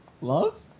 love